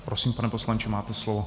Prosím, pane poslanče, máte slovo.